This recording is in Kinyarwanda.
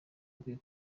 bakwiye